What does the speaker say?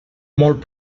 molt